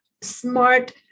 smart